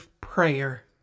prayer